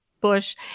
bush